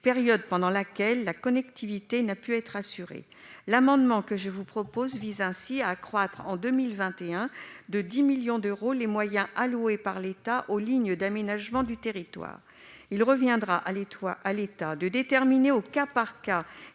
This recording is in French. période pendant laquelle la connectivité n'a pu être assurée. Le présent amendement vise ainsi à accroître de 10 millions d'euros, en 2021, les moyens alloués par l'État aux lignes d'aménagement du territoire. Il reviendra à l'État de déterminer, au cas par cas